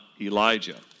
Elijah